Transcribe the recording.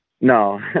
No